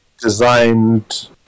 designed